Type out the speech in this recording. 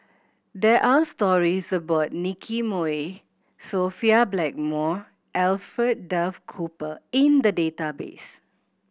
there are stories about Nicky Moey Sophia Blackmore Alfred Duff Cooper in the database